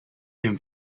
him